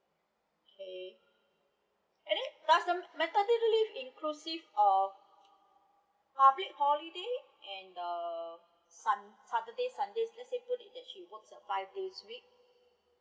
okay and then does the maternity leave inclusive of public holiday and the sun saturday sunday let's say put it that she works a five days week